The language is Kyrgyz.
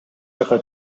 жакка